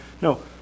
No